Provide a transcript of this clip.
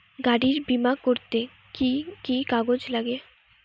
গাড়ীর বিমা করতে কি কি কাগজ লাগে?